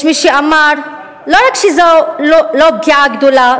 יש מי שאמר: "לא רק שזו לא פגיעה גדולה,